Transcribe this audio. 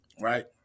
right